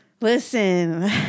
Listen